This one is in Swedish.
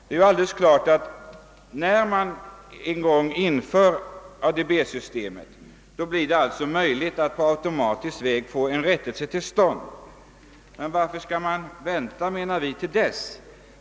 Det är alldeles klart att när ADB-systemet en gång införs blir det möjligt att på automatisk väg få en rättelse till stånd. Men varför skall man vänta till dess?